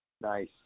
Nice